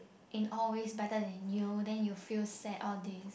in all ways better than you then you feel sad all this